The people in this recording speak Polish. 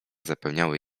zapełniały